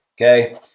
Okay